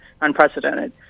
unprecedented